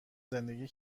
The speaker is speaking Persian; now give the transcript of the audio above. زندگی